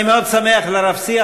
אני מאוד שמח על הרב-שיח הזה,